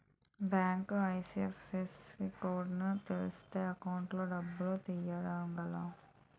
bank IFSC code తెలిస్తేనే account లో డబ్బులు ఎయ్యగలం